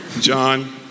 John